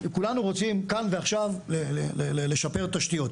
כולנו רוצים כאן ועכשיו לשפר תשתיות.